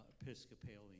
Episcopalian